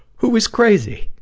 who is crazy,